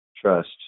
trust